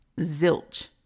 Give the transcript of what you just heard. Zilch